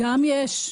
גם יש.